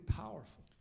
powerful